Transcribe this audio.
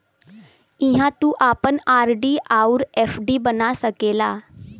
इहाँ तू आपन आर.डी अउर एफ.डी बना सकेला